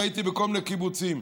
ראיתי בכל מיני קיבוצים,